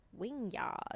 Wingyard